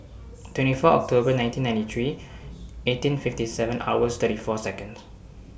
twenty four October nineteen ninety three eighteen fifty seven hours thirty four Seconds